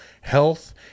health